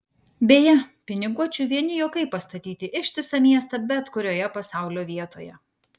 beje piniguočiui vieni juokai pastatyti ištisą miestą bet kurioje pasaulio vietoje